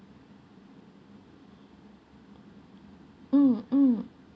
mm mm